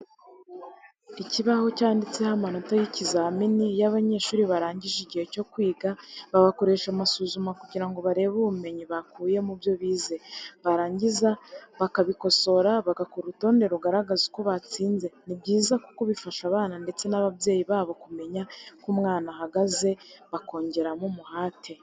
Ikibaho cyanditseho amanota y'ikizamini, iyo abanyeshuri barangije igihe cyo kwiga babakoresha amasuzuma kugira ngo barebe ubumenyi bakuye mu byo bize. Barangiza kubikosora bagakora urutonde rugaragaza uko batsinze, ni byiza kuko bifasha abana ndetse n'ababyeyi babo kumenya uko umwana ahagaze bakongeramo umuhate.